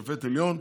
שופט עליון,